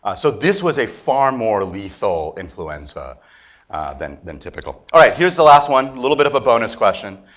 ah so this was a far more lethal influenza than than typical. all right, here's the last one a little bit of a bonus question.